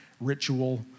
ritual